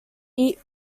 eat